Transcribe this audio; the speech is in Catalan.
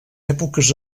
èpoques